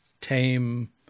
tame